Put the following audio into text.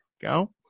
Go